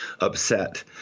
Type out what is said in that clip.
upset